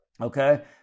Okay